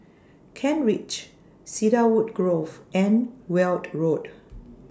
Kent Ridge Cedarwood Grove and Weld Road